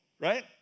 right